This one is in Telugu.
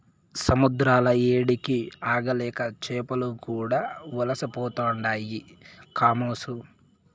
సముద్రాల ఏడికి ఆగలేక చేపలు కూడా వలసపోతుండాయి కామోసు